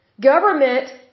Government